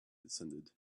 descended